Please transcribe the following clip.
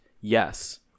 Yes